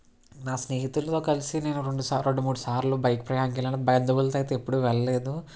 నా స్నేహితులతో కలిసి నేను రెండుసార్లు రెండు మూడు సార్లు బైక్ ప్రయాణానికి వెళ్ళాను బంధువులతో అయితే ఎప్పుడు వెళ్ళలేదు